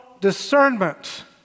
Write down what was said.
discernment